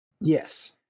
Yes